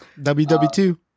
ww2